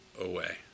away